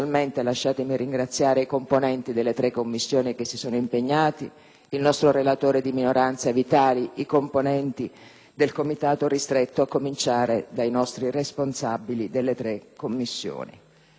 il nostro relatore di minoranza Vitali, i componenti del Comitato ristretto, a cominciare dai nostri responsabili nelle tre Commissioni. Abbiamo anche da fare